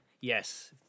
Yes